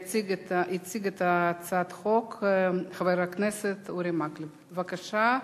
יציג את הצעת החוק חבר הכנסת אורי מקלב, בבקשה.